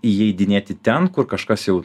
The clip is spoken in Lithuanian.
įeidinėti ten kur kažkas jau